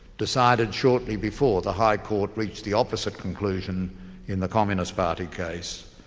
decided shortly before the high court reached the opposite conclusion in the communist party case,